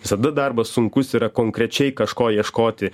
visada darbas sunkus yra konkrečiai kažko ieškoti